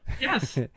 Yes